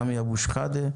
סמי אבו שחאדה.